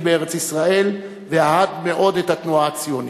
בארץ-ישראל ואהד מאוד את התנועה הציונית.